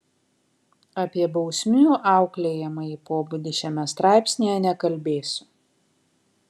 apie bausmių auklėjamąjį pobūdį šiame straipsnyje nekalbėsiu